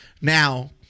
Now